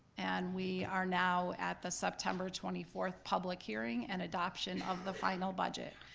and we are now at the september twenty fourth public hearing and adoption of the final budget.